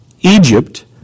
Egypt